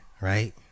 right